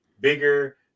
bigger